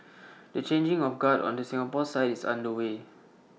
the changing of guard on the Singapore side is underway